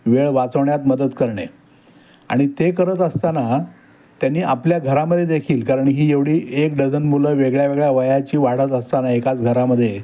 वेळ वाचवण्यात मदत करणे आणि ते करत असताना त्यांनी आपल्या घरामध्ये देखील कारण ही एवढी एक डझन मुलं वेगळ्या वेगळ्या वयाची वाढत असताना एकाच घरामध्ये